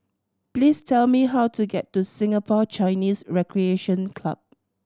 please tell me how to get to Singapore Chinese Recreation Club